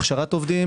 הכשרת עובדים.